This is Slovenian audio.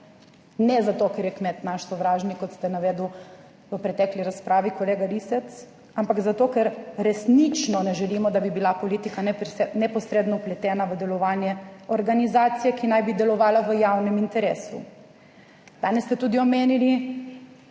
Ne zato, ker je kmet naš sovražnik, kot ste navedel v pretekli razpravi, kolega Lisec, ampak zato, ker resnično ne želimo, da bi bila politika neposredno vpletena v delovanje organizacije, ki naj bi delovala v javnem interesu. Danes ste tudi omenili